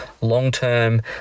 long-term